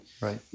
Right